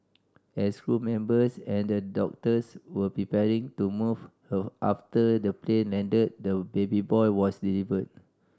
as crew members and the doctors were preparing to move her after the plane landed the baby boy was delivered